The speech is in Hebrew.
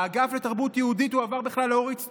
האגף לתרבות יהודית הועבר בכלל לאורית סטרוק,